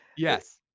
Yes